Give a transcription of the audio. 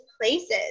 places